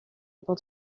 able